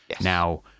Now